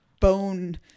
bone